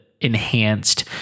enhanced